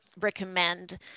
recommend